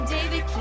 David